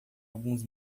alguns